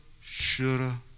shoulda